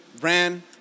ran